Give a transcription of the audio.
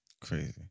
Crazy